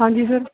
ਹਾਂਜੀ ਸਰ